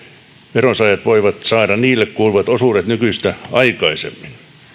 veronsaajat voivat saada heille kuuluvat osuudet nykyistä aikaisemmin